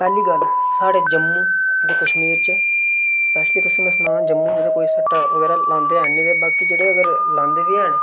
पैह्ली गल्ल स्हाढ़े जम्मू ते कश्मीर च स्पैशली तुसें मैं सनां जम्मू च ते कोई सट्टा बगैरा लांदे हैन नी ते बाकी जेह्डे़ अगर लांदे बी हैन